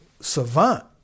savant